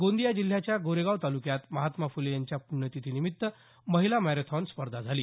गोंदिया जिल्ह्याच्या गोरेगाव तालुक्यात महात्मा फुले यांच्या प्रण्यतिथीनिमित्त महिला मॅरेथॉन स्पर्धा झाली